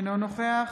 אינו נוכח